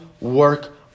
work